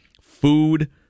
food